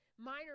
Minor